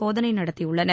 சோதனை நடத்தியுள்ளனர்